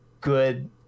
good